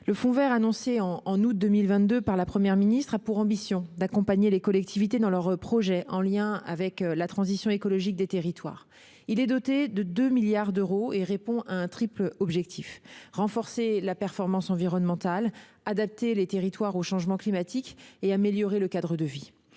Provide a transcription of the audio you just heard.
Le fonds vert, annoncé en août 2022 par la Première ministre, a pour ambition d'accompagner les collectivités dans leurs projets en lien avec la transition écologique des territoires. Il est doté de 2 milliards d'euros et répond à un triple objectif : renforcer la performance environnementale, adapter les territoires au changement climatique et améliorer le cadre de vie.